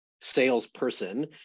salesperson